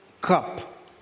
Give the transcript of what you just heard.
cup